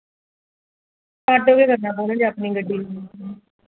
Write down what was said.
auto गै करना पौना जां अपनी गड्डी